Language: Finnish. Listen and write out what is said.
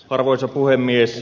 arvoisa puhemies